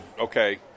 okay